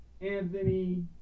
Anthony